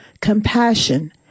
compassion